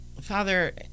Father